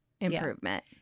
improvement